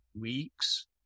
weeks